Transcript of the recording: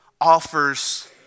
offers